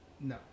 no